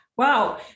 Wow